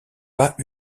pas